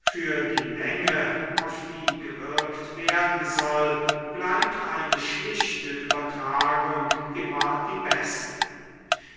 für die menge auf die gewirkt werden soll bleibt eine schlichte übertragung immer die beste